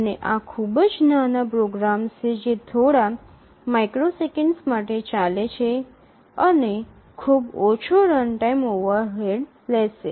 અને આ ખૂબ જ નાના પ્રોગ્રામ્સ છે જે થોડા માઇક્રોસેકન્ડ્સ માટે ચાલે છે અને ખૂબ ઓછો રનટાઈમ ઓવરહેડ લેશે